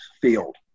field